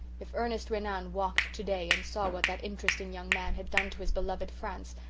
if ernest renan walked today and saw what that interesting young man had done to his beloved france,